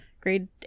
grade